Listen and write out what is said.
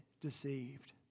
deceived